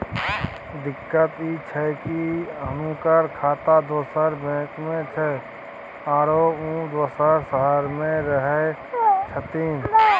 दिक्कत इ छै की हुनकर खाता दोसर बैंक में छै, आरो उ दोसर शहर में रहें छथिन